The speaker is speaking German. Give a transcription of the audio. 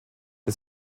der